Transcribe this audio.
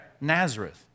Nazareth